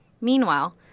Meanwhile